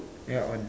yeah one